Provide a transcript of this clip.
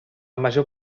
major